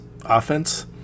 offense